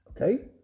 Okay